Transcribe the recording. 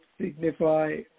signify